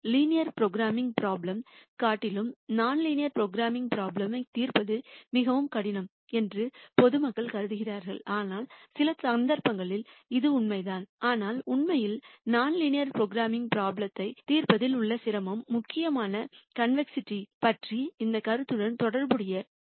linear programming problem காட்டிலும் நான் linear programming problem தீர்ப்பது மிகவும் கடினம் என்று பொது மக்கள் கருதுகின்றனர் ஆனால் சில சந்தர்ப்பங்களில் இது உண்மைதான் ஆனால் உண்மையில் நான் லீனியர் ப்ரோக்ராமிங் ப்ரோப்லேம்த் தீர்ப்பதில் உள்ள சிரமம் முக்கியமாக கான்வேக்ஸிட்டி பற்றிய இந்த கருத்துடன் தொடர்புடையது